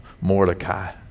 Mordecai